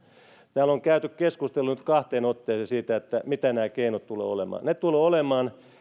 täällä on käyty keskustelua nyt kahteen otteeseen siitä mitä nämä keinot tulevat olemaan ne tulevat olemaan